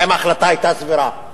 אם ההחלטה היתה סבירה.